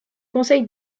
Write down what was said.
conseil